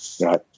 Right